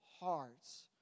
hearts